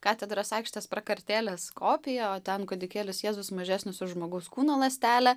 katedros aikštės prakartėlės kopija o ten kūdikėlis jėzus mažesnis už žmogaus kūno ląstelę